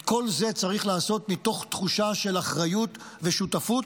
את כל זה צריך לעשות מתוך תחושה של אחריות ושותפות,